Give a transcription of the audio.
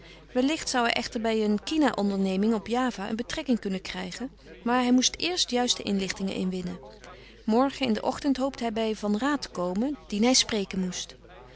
wellicht zou hij echter bij een kinaonderneming op java een betrekking kunnen krijgen maar hij moest eerst juiste inlichtingen inwinnen morgen in den ochtend hoopte hij bij van raat te komen dien hij spreken moest